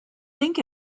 think